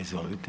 Izvolite.